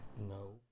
No